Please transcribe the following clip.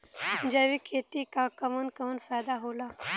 जैविक खेती क कवन कवन फायदा होला?